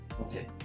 okay